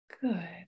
Good